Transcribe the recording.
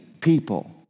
people